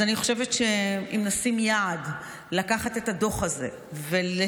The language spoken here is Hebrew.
אז אני חושבת שאם נשים יעד לקחת את הדוח הזה ולהשפיע